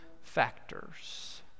factors